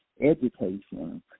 education